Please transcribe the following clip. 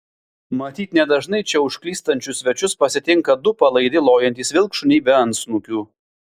matyt nedažnai čia užklystančius svečius pasitinka du palaidi lojantys vilkšuniai be antsnukių